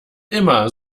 immer